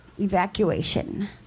evacuation